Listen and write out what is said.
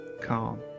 calm